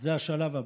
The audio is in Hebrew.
זה השלב הבא: